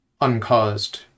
uncaused